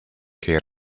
che